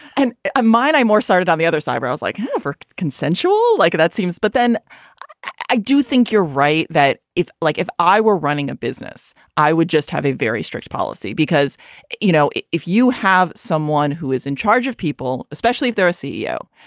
and mine i more started on the other side. i was like however consensual like that seems but then i do think you're right that if like if i were running a business i would just have a very strict policy because you know if if you have someone who is in charge of people especially if they're a ceo